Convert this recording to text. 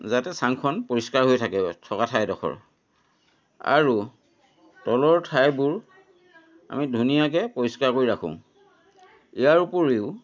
যাতে চাঙখন পৰিষ্কাৰ হৈ থাকে থকা ঠাইডোখৰ আৰু তলৰ ঠাইবোৰ আমি ধুনীয়াকৈ পৰিষ্কাৰ কৰি ৰাখোঁ ইয়াৰ উপৰিও